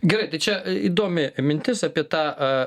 gerai tai čia įdomi mintis apie tą